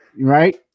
right